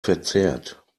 verzerrt